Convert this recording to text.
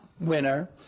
winner